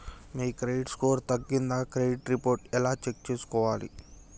మీ credit score తగ్గిందా credit report ఎలా check చేసుకోవాలి?